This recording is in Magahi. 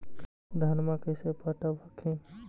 धन्मा कैसे पटब हखिन?